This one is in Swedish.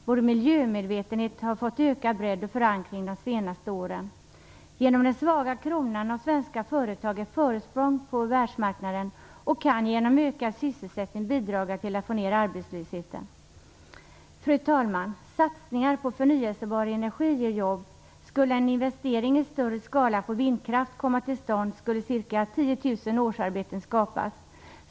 Vår miljömedvetenhet har fått ökad bredd och förankring de senaste åren. Genom den svaga kronan har svenska företag ett försprång på världsmarknaden och kan genom ökad sysselsättning bidra till att få ner arbetslösheten. Fru talman! Satsningar på förnyelsebar energi ger jobb. Skulle en investering i större skala på vindkraft komma till stånd skulle ca 10 000 årsarbeten skapas.